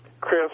Chris